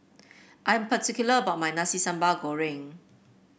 I am particular about my Nasi Sambal Goreng